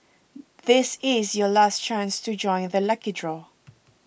this is your last chance to join the lucky draw